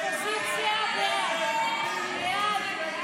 ההסתייגויות לסעיף 29